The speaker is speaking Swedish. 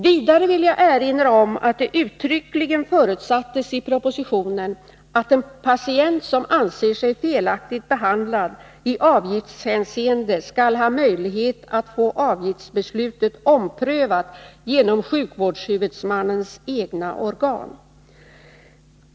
Vidare vill jag erinra om att det uttryckligen förutsattes i propositionen att en patient som anser sig felaktigt behandlad i avgiftshänseende skall ha möjlighet att få avgiftsbeslutet omprövat genom sjukvårdshuvudmannens egna organ.